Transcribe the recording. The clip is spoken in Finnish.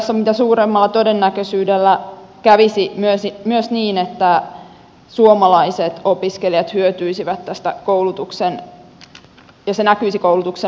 tässä mitä suurimmalla todennäköisyydellä kävisi myös niin että suomalaiset opiskelijat hyötyisivät tästä ja se näkyisi koulutuksen laadussa